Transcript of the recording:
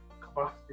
capacity